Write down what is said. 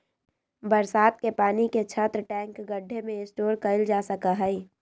बरसात के पानी के छत, टैंक, गढ्ढे में स्टोर कइल जा सका हई